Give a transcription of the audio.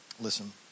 Listen